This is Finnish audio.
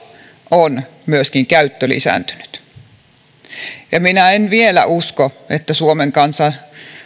on myöskin käyttö lisääntynyt enkä minä usko että suomen kansan